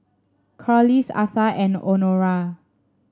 Corliss Atha and Honora